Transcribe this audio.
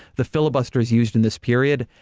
the filibuster is used in this period,